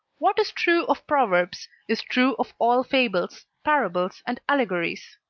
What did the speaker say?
what is true of proverbs, is true of all fables, parables, and allegories.